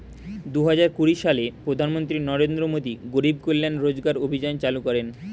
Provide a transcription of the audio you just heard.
দুহাজার কুড়ি সালে প্রধানমন্ত্রী নরেন্দ্র মোদী গরিব কল্যাণ রোজগার অভিযান চালু করেন